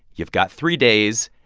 you've got three days.